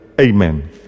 Amen